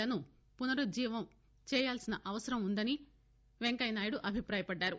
లను పునరుజ్షీవనం చేయవలసి అవసరం వుందని వెంకయ్యనాయుడు అభిపాయపడ్డారు